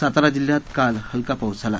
सातारा जिल्ह्यात काल हलका पाऊस झाला